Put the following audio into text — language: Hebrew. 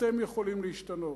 אתם יכולים להשתנות.